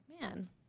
man